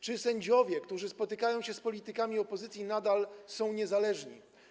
Czy sędziowie, którzy spotykają się z politykami opozycji, nadal są niezależni?